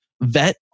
vet